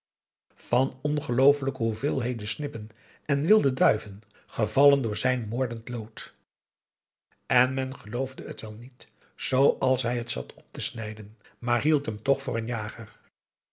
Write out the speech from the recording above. van ongelooflijke hoeveelheden snippen en wilde duiven gevallen door zijn moordend lood en men geloofde het wel niet zooals hij het zat op te snijden maar hield hem toch voor een jager